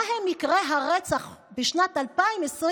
מה מקרי הרצח בשנת 2022?